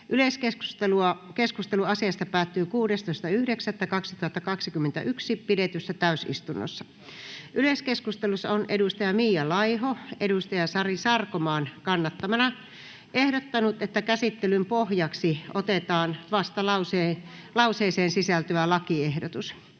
Yleiskeskustelu asiasta päättyi 16.9.2021 pidetyssä täysistunnossa. Yleiskeskustelussa on Mia Laiho Sari Sarkomaan kannattamana ehdottanut, että käsittelyn pohjaksi otetaan vastalauseeseen sisältyvä lakiehdotus.